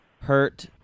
hurt